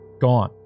gone